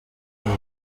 iyi